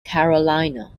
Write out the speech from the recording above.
carolina